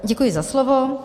Děkuji za slovo.